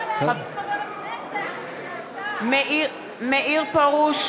(קוראת בשמות חברי הכנסת) מאיר פרוש,